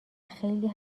خیلی